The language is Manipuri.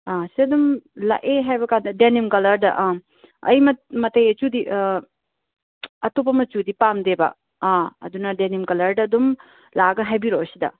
ꯑꯥ ꯁꯤꯗ ꯑꯗꯨꯝ ꯂꯥꯛꯑꯦ ꯍꯥꯏꯕ ꯀꯥꯟꯗ ꯗꯦꯅꯤꯝ ꯀꯂꯔꯗ ꯑꯥ ꯑꯩ ꯃꯇꯩ ꯑꯆꯨꯗꯤ ꯑꯇꯣꯞꯄ ꯃꯆꯨꯗꯤ ꯄꯥꯝꯗꯦꯕ ꯑꯥ ꯑꯗꯨꯅ ꯗꯦꯅꯤꯝ ꯀꯂꯔꯗ ꯑꯗꯨꯝ ꯂꯥꯛꯑꯒ ꯍꯥꯏꯕꯤꯔꯛꯑꯣ ꯁꯤꯗ